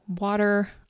water